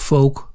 Folk